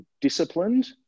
disciplined